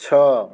छः